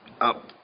up